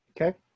Okay